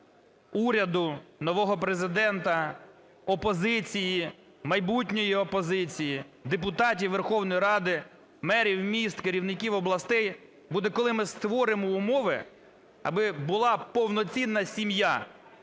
уряду, нового Президента, опозиції, майбутньої опозиції, депутатів Верховної Ради, мерів міст, керівників областей буде, коли ми створимо умови, аби була повноцінна сім'я: